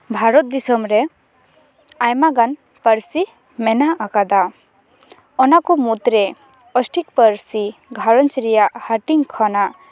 ᱵᱷᱟᱨᱚᱛ ᱫᱤᱥᱚᱢ ᱨᱮ ᱟᱭᱢᱟᱜᱟᱱ ᱯᱟᱹᱨᱥᱤ ᱢᱮᱱᱟᱜ ᱟᱠᱟᱫᱟ ᱚᱱᱟ ᱠᱚ ᱢᱩᱫᱽ ᱨᱮ ᱚᱥᱴᱨᱤᱠ ᱯᱟᱹᱨᱥᱤ ᱜᱷᱟᱨᱚᱸᱡᱽ ᱨᱮᱭᱟᱜ ᱦᱟᱹᱴᱤᱧ ᱠᱷᱚᱱᱟᱜ